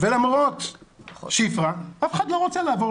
ולמרות שפרה אף אחד לא רוצה לעבור,